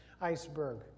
iceberg